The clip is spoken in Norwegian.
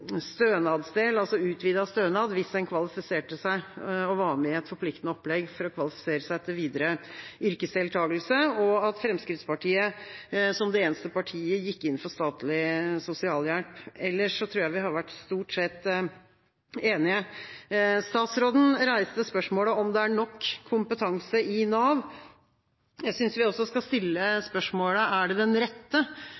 stønadsdel, altså utvidet stønad hvis en kvalifiserte seg og var med i et forpliktende opplegg for å kvalifisere seg til videre yrkesdeltakelse. Fremskrittspartiet, som det eneste partiet, gikk inn for statlig sosialhjelp, ellers tror jeg vi stort sett har vært enige. Statsråden reiste spørsmålet om det er nok kompetanse i Nav. Jeg synes vi også skal stille